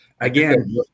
Again